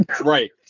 Right